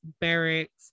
barracks